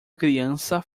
criança